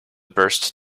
burst